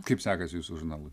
kaip sekasi jūsų žurnalui